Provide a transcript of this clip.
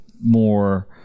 more –